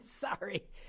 sorry